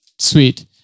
Sweet